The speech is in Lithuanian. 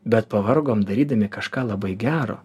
bet pavargom darydami kažką labai gero